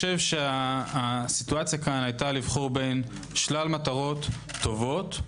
והמצב פה היה לבחור בין שלל מטרות טובות.